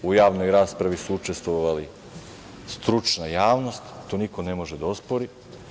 U javnoj raspravi su učestovali stručna javnost, to niko ne može da ospori.